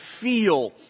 feel